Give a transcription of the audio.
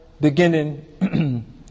beginning